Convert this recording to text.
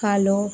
কালো